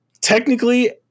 technically